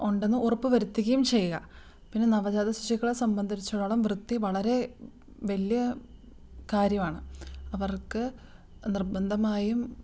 ഉണ്ടെന്ന് ഉറപ്പ് വരുത്തുകയും ചെയ്യുക പിന്നെ നവജാത ശിശുക്കളെ സംബന്ധിച്ചോളം വൃത്തി വളരെ വലിയ കാര്യമാണ് അവർക്ക് നിർബന്ധമായും